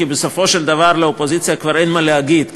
כי בסופו של דבר לאופוזיציה כבר אין מה להגיד,